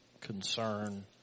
concern